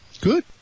Good